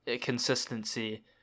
consistency